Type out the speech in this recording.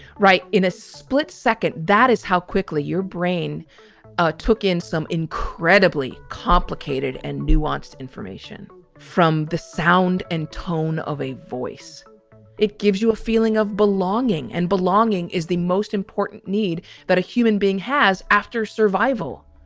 right. in a split second, that is how quickly your brain took in some incredibly complicated and nuanced information from the sound and tone of a voice it gives you a feeling of belonging. and belonging is the most important need that a human being has after survival